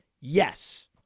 Yes